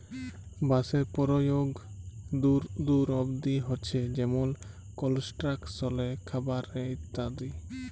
বাঁশের পরয়োগ দূর দূর অব্দি হছে যেমল কলস্ট্রাকশলে, খাবারে ইত্যাদি